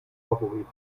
favoriten